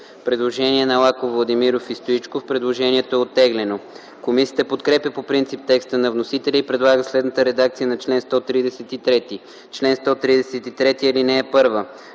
Предложение на Лаков, Владимиров и Стоичков. Предложението е оттеглено. Комисията подкрепя по принцип текста на вносителя и предлага следната редакция на чл. 133: „Чл. 133. (1) Ремонтни